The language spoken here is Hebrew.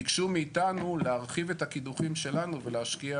ביקשו מאיתנו להרחיב את הקידוחים שלנו ולהשקיע